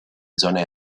zone